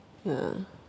ya